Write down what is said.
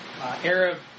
Arab